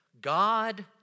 God